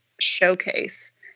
showcase